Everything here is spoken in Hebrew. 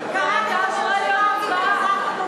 קראת את השם של מרגי והחזרת אותו.